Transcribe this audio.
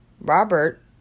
Robert